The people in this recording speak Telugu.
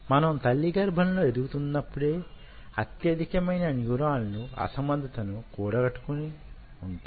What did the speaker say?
మనం తల్లి గర్భంలో ఎదుగుతున్నప్పుడే అత్యధికమైన న్యూరాన్లు అసమర్థతను కూడగట్టు కుంటాయి